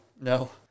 No